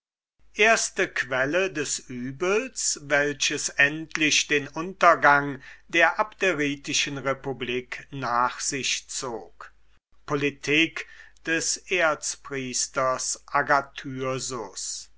erste quelle des übels welches endlich den untergang der abderitischen republik nach sich zog politik des erzpriesters